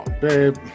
babe